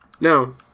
No